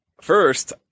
First